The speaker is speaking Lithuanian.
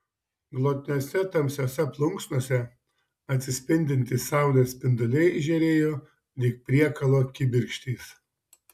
glotniose tamsiose plunksnose atsispindintys saulės spinduliai žėrėjo lyg priekalo kibirkštys